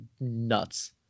nuts